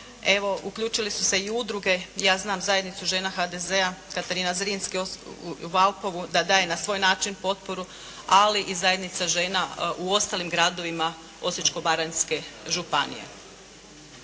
Evo uključile su se i udruge i ja znam zajednicu žena HDZ-a, Katarina Zrinski u Valpovu da daje na svoj način potporu ali i zajednica žena u ostalim gradovima Osječko-baranjske županije.